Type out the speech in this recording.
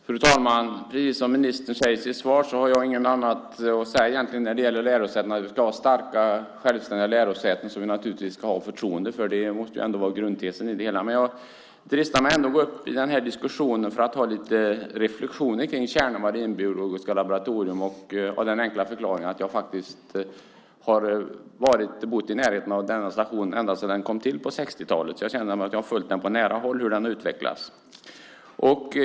Fru talman! Jag har egentligen inget annat att säga än det som ministern säger i sitt svar om att vi ska ha starka självständiga lärosäten som vi naturligtvis ska ha förtroende för. Det måste ändå vara grundtesen i det hela. Jag dristar mig ändå till att gå upp i den här diskussionen för att ge lite reflexioner på Tjärnö marinbiologiska laboratorium, av den enkla förklaringen att jag har bott i närheten av denna station ända sedan den kom till på 60-talet, så jag har följt på nära håll hur den har utvecklats. Fru talman!